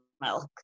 milk